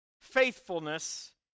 faithfulness